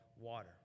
water